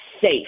safe